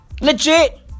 Legit